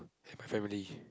it's my family